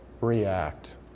react